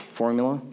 formula